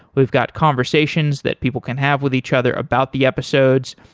we've got conversations that people can have with each other about the episodes,